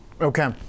Okay